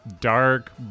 dark